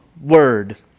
word